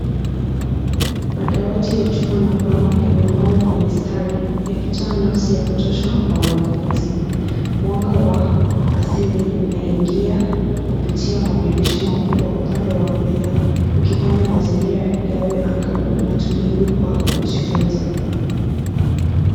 Madawati ya chuma na mbao yamepangwa kwa mistari yakitoa nafsi ya kutosha kwa wanafunzi, mwanga wa asili unaingia kupitia madirisha makubwa upande wa kulia ukifanya mazingira yawe angavu na tulivu kwa kujifunza.